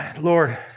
Lord